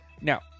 now